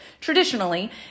traditionally